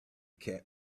cat